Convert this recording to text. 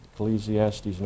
Ecclesiastes